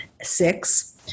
six